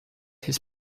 his